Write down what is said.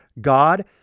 God